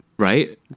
Right